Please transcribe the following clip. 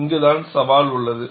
இங்குதான் சவால் உள்ளது